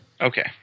Okay